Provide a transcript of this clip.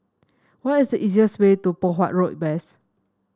what is the easiest way to Poh Huat Road West